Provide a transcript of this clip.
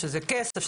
שזה כסף,